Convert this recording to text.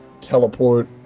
Teleport